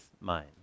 mind